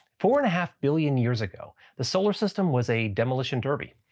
four and a half billion years ago the solar system was a demolition derby.